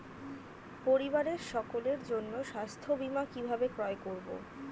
পরিবারের সকলের জন্য স্বাস্থ্য বীমা কিভাবে ক্রয় করব?